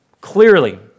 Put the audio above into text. Clearly